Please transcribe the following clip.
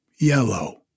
yellow